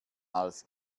als